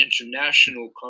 international